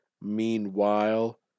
Meanwhile